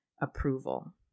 approval